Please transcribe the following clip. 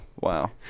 Wow